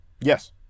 yes